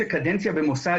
שהחוק מאפשר- -- גלעד,